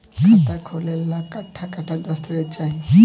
खाता खोले ला कट्ठा कट्ठा दस्तावेज चाहीं?